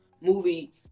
movie